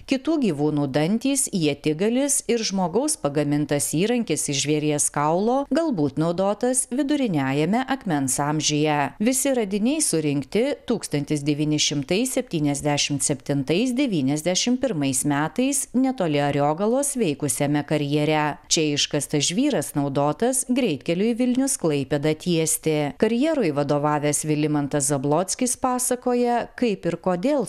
kitų gyvūnų dantys ietigalis ir žmogaus pagamintas įrankis žvėries kaulo galbūt naudotas viduriniajame akmens amžiuje visi radiniai surinkti tūkstantis devyni šimtai septyniasdešimt septnitais devyniasdešimt pirmais metais netoli ariogalos veikusiame karjere čia iškastas žvyras naudotas greitkeliui vilnius klaipėda tiesti karjeroj vadovavęs vilimantas zablockis pasakoja kaip ir kodėl